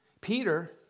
Peter